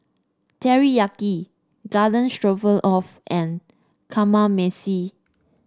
Teriyaki Garden Stroganoff and Kamameshi